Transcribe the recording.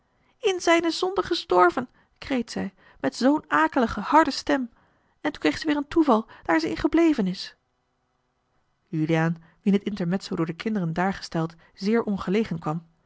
in zijne zonden gestorven kreet zij met zoo'n akelige harde stem en toen kreeg ze weêr een toeval daar ze in gebleven is juliaan wien het intermezzo door de kinderen daargesteld zeer ongelegen kwam